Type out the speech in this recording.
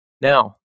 Now